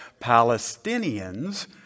Palestinians